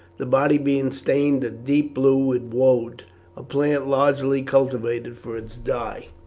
the body being stained a deep blue with woad a plant largely cultivated for its dye.